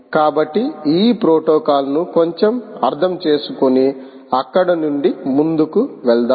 కాబట్టి ఈ ప్రోటోకాల్లను కొంచెం అర్థం చేసుకుని అక్కడి నుండి ముందుకు వెళ్దాం